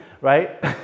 right